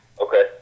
Okay